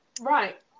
right